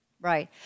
Right